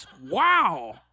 wow